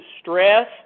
stress